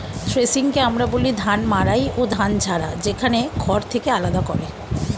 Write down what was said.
থ্রেশিংকে আমরা বলি ধান মাড়াই ও ধান ঝাড়া, যেখানে খড় থেকে আলাদা করে